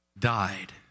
died